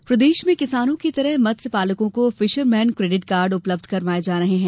fisherman योजना प्रदेश में किसानों की तरह ही मत्स्य पालकों को फिशरमैन क्रैडिट कार्ड उपलब्ध करवाये जा रहे हैं